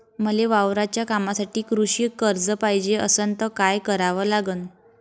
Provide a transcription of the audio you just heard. मले वावराच्या कामासाठी कृषी कर्ज पायजे असनं त काय कराव लागन?